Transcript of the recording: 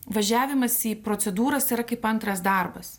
važiavimas į procedūras yra kaip antras darbas